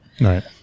Right